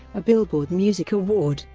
a billboard music award,